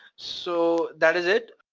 so, that is it.